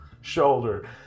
shoulder